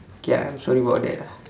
K I'm sorry about that lah